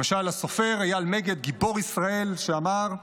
למשל הסופר איל מגד, גיבור ישראל, שאמר: